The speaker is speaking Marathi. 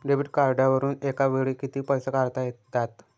डेबिट कार्डवरुन एका वेळी किती पैसे काढता येतात?